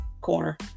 corner